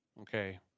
Okay